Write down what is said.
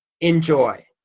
Enjoy